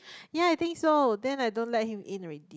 ya I think so then I don't let him in already